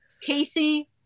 Casey